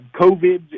COVID